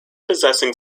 possessing